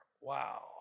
Wow